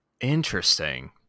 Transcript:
Interesting